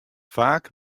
faak